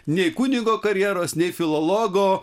nei kunigo karjeros nei filologo